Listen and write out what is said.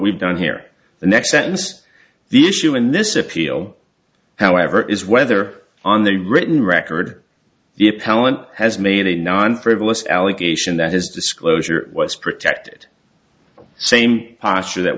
we've done here the next sentence the issue in this appeal however is whether on the written record the appellant has made a non frivolous allegation that his disclosure was protected same posture that